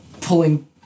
pulling